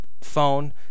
phone